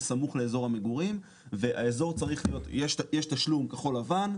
סמוך לאזור המגורים ויש תשלום כחול לבן,